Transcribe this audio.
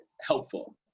helpful